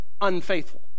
unfaithful